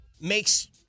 makes